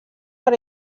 per